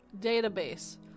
database